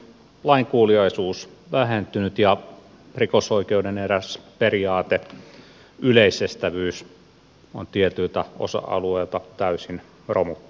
lainkuuliaisuus on vähentynyt ja rikosoikeuden eräs periaate yleisestävyys on tietyiltä osa alueilta täysin romuttunut